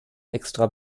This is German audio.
extra